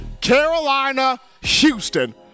Carolina-Houston